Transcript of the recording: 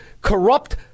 corrupt